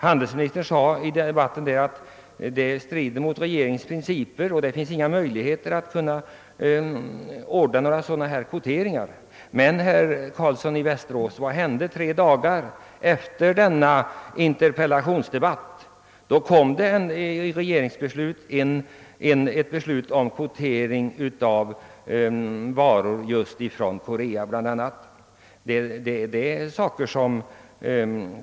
Handelsministern sade i debatten, att något sådant skulle strida mot regeringens principer och att det inte fanns någon möjlighet att ordna sådana kvoteringar. Men, herr Carlsson i Västerås, vad hände tre dagar efter denna interpellationsdebatt? Jo, då kom ett regeringsbeslut om kvotering av varor just ifrån bl.a. Korea.